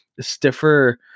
stiffer